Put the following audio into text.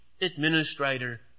administrator